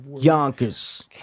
Yonkers